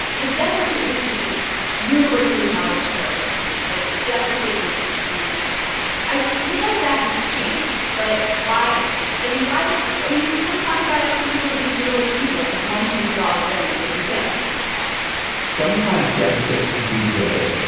the deficit was just this universally acknowledged terrible thing. like, the deficit was was bad. i feel like that has changed. but why has it changed? i mean, why did i mean, it was really talked about, i think, as sort of this universal evil. like, the one thing we could all agree on was that the deficit was bad sometimes deficits can be good.